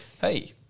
hey